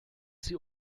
sie